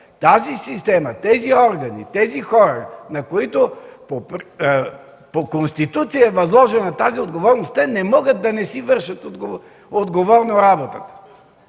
тази система, тези органи, тези хора, на които по Конституция е възложена тази отговорност, не могат да не си вършат отговорно работата!